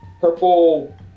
purple